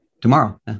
tomorrow